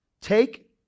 Take